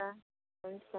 हुन्छ हुन्छ